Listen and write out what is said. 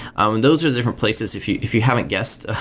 um and those are the different places. if you if you haven't guesses,